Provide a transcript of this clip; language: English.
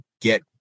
get